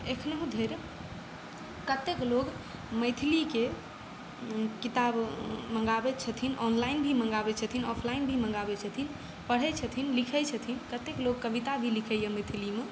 एखनहु धरि कतेक लोक मैथिलीके किताब मँगाबै छथिन ऑनलाइन भी मँगाबै छथिन ऑफलाइन भी मँगाबै छथिन पढ़ै छथिन लिखै छथिन कतेक लोक कविता भी लिखैए मैथिलीमे